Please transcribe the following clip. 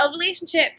relationship